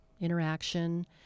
interaction